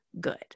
good